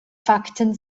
fakten